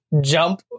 jump